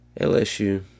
LSU